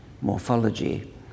morphology